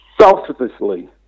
Selflessly